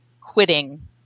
quitting